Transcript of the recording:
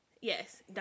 Yes